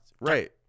right